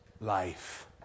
life